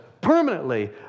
permanently